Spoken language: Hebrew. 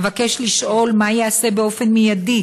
אבקש לשאול: מה ייעשה באופן מיידי